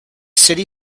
city